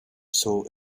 saw